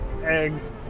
eggs